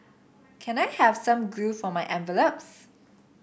can I have some glue for my envelopes